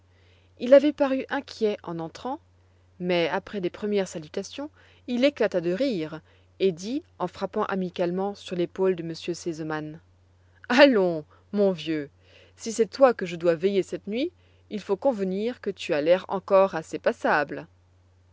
il avait paru inquiet en entrant mais après les premières salutations il éclata de rire et dit en frappant amicalement sur l'épaule de m r sesemann allons mon vieux si c'est toi que je dois veiller cette nuit il faut convenir que tu as l'air encore assez passable